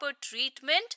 treatment